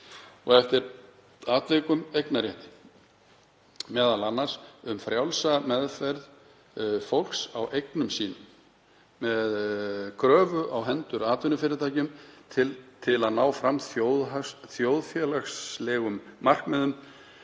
og eftir atvikum eignarrétti, m.a. um frjálsa meðferð fólks á eignum sínum, með kröfu á hendur atvinnufyrirtækjum til að ná fram þjóðfélagslegum markmiðum